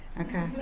okay